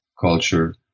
culture